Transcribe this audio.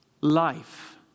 life